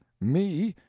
me,